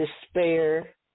despair